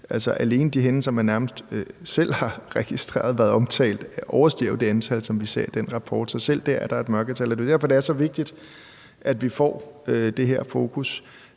alene de hændelser, som man nærmest selv har registreret har været omtalt, jo overstiger det antal, som vi ser i den rapport. Så selv der er der et mørketal, og det er jo derfor, det er så vigtigt, at vi får det her fokus.